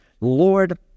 lord